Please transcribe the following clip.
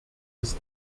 ist